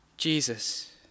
Jesus